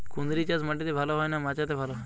কুঁদরি চাষ মাটিতে ভালো হয় না মাচাতে ভালো হয়?